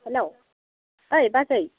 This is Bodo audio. हेलौ ओइ बाजै